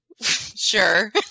Sure